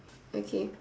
okay